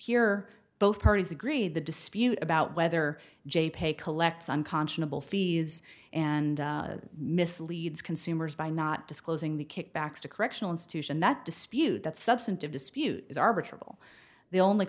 hear both parties agree the dispute about whether jay pay collects unconscionable fees and misleads consumers by not disclosing the kickbacks to correctional institution that dispute that substantive dispute is arbitral the only